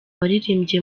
waririmbye